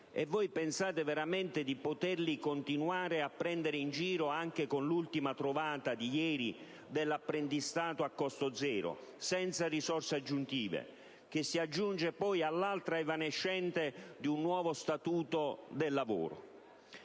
Ma voi pensate veramente di poter continuare a prenderli in giro, anche con l'ultima trovata di ieri dell'apprendistato a costo zero, senza risorse aggiuntive, che si aggiunge poi all'altra evanescente di un nuovo statuto del lavoro.